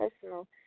personal